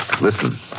Listen